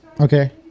Okay